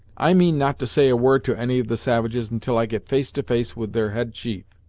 i mean not to say a word to any of the savages until i get face to face with their head chief,